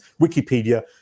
Wikipedia